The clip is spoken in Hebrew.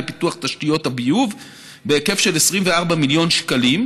לפיתוח תשתיות הביוב בהיקף של 24 מיליון שקלים,